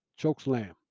Chokeslam